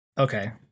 Okay